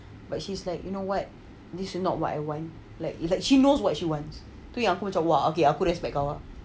but she's like you know what this is not what I want like like she knows what she wants tu aku yang jawab aku respect kau ah